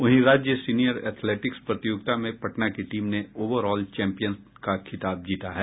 वहीं राज्य senior athletics प्रतियोगिता में पटना की टीम ने ओवर ऑल चैंपियन का खिताब जीता है